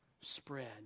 spread